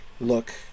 look